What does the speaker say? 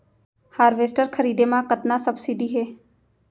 Harvester खरीदे म कतना सब्सिडी हे?